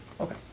Okay